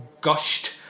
gushed